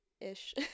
ish